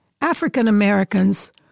African-Americans